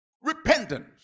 Repentance